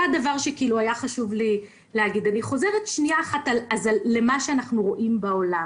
אני חוזרת למה שאנחנו רואים בעולם.